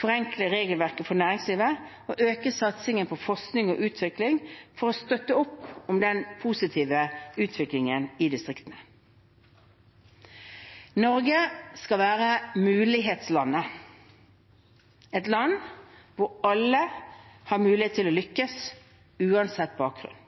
forenkle regelverket for næringslivet og øke satsingen på forskning og utvikling for å støtte opp om den positive utviklingen i distriktene. Norge skal være mulighetslandet – et land hvor alle har mulighet til å lykkes, uansett bakgrunn.